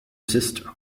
system